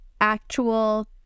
actual